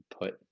put